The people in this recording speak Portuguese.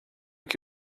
que